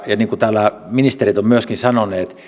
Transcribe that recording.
täällä ministerit ovat myöskin sanoneet